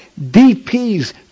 DPs